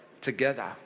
together